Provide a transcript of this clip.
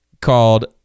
called